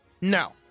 No